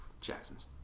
Jacksons